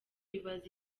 bibaza